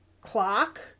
clock